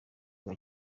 rwa